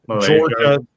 Georgia